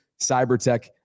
Cybertech